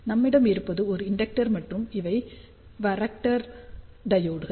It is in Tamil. நம்மிடம் இருப்பது ஒரு இண்டெக்டர் மற்றும் இவை வராக்டர் டையோட்கள்